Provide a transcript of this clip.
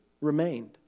remained